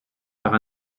par